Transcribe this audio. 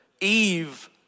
Eve